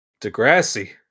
Degrassi